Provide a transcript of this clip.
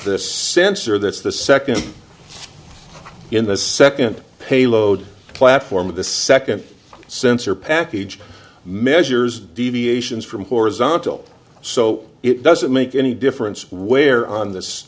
sensor that's the second in the second payload platform of the second sensor package measures deviations from horizontal so it doesn't make any difference where on this